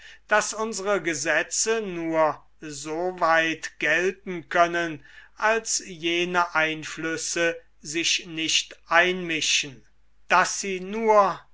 daß unsere gesetze nur soweit gelten können als jene einflüsse sich nicht einmischen daß sie nur